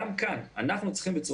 גם כאן, עבור